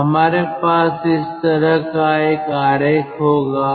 तो हमारे पास इस तरह का एक आरेख होगा